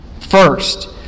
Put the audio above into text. First